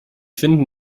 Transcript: finden